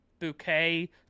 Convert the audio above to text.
Bouquet